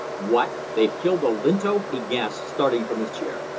what! they've killed olinto? he gasped, starting from his chair.